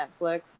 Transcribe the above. Netflix